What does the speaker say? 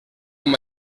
amb